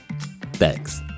Thanks